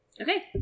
Okay